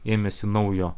ėmėsi naujo